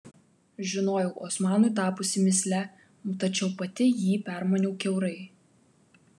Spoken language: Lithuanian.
žinojau osmanui tapusi mįsle tačiau pati jį permaniau kiaurai